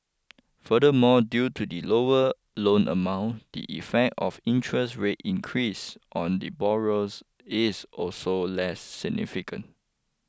furthermore due to the lower loan amount the effect of interest rate increases on the borrowers is also less significant